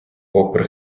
попри